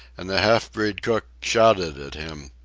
and the half-breed cook shouted at him,